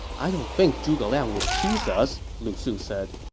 i don't think zhuge liang would tease us, lu su said